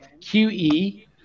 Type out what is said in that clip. QE